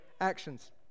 actions